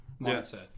mindset